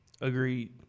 Agreed